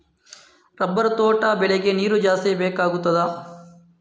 Rubber ತೋಟ ಬೆಳೆಗೆ ನೀರು ಜಾಸ್ತಿ ಬೇಕಾಗುತ್ತದಾ?